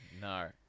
No